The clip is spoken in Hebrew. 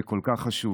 זה כל כך חשוב.